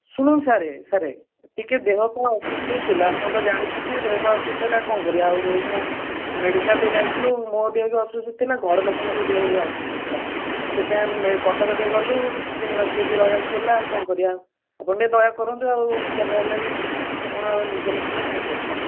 ଶୁଣନ୍ତୁ sir sir ଟିକିଏ ଦେହପା ଅସୁସ୍ଥ ଥିଲା ଆପଣ ତ ଜାଣିଛନ୍ତି ଦେହପା ଅସୁସ୍ଥ ଥିଲେ ଆଉ କ'ଣ କରିବା ଏଇକ୍ଷିଣା ମେଡ଼ିକାଲ୍ ଟିକିଏ ଯାଇଥିଲୁ ମୋ ଦେହ ବି ଅସୁସ୍ତ ଥିଲା ଘର ଲୋକଙ୍କ ଦେହ ବି ଅସୁସ୍ତ ଥିଲା ସେଥିପାଇଁ ଆମେ କଟକ ଟିକିଏ ଗଲୁ ତିନି ମାସ ସେଇଠି ରହିବାକୁ ପଡ଼ିଲା ଆଉ କ'ଣ କରିବା ଆପଣ ଟିକିଏ ଦୟା କରନ୍ତୁ ଆଉ ଯାହା ହେଲେ ବି ଆପଣ ନିଜ ଲୋକ ଆଉ କ'ଣ କରିବା